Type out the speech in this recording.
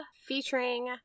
featuring